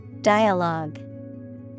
Dialogue